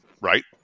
right